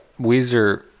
Weezer